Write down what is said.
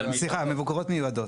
מבוקרות מיועדות.